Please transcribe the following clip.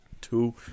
two